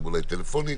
ואולי טלפונית